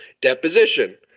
deposition